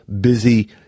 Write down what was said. busy